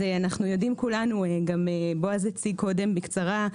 אנחנו יודעים כולנו וגם בועז הציג קודם בקצרה,